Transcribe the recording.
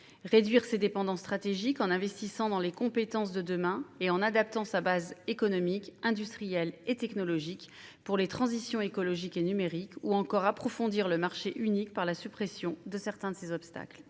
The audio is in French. réduire ses dépendances stratégiques, en investissant dans les compétences de demain et en adaptant sa base économique, industrielle et technologique pour les transitions écologique et numérique, mais aussi approfondir le marché unique, par la suppression de certains de ses obstacles.